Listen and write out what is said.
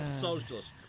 Socialist